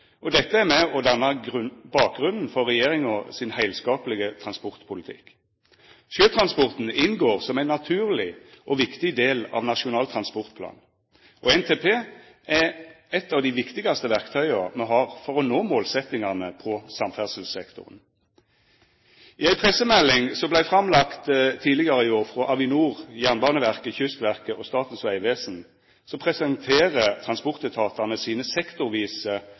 og dette er med på å danna bakgrunnen for regjeringa sin heilskaplege transportpolitikk. Sjøtransporten inngår som ein naturleg og viktig del av Nasjonal transportplan, og NTP er eit av dei viktigaste verktøya me har for å nå målsetjingane på samferdselssektoren. I ei pressemelding som vart framlagd tidlegare i år frå Avinor, Jernbaneverket, Kystverket og Statens vegvesen, presenterer transportetatane sine sektorvise